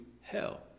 hell